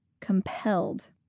Compelled